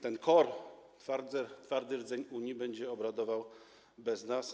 Ten core, twardy rdzeń Unii, będzie obradował bez nas.